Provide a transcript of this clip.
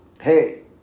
Hey